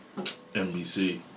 NBC